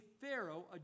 Pharaoh